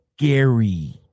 scary